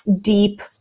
deep